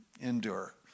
endure